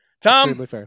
Tom